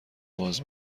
باز